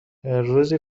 روزی